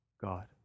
God